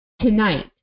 tonight